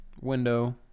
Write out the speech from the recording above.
window